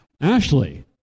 Ashley